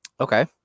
Okay